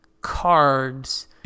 cards